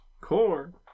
corn